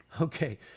okay